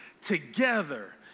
together